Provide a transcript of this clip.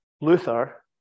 Luther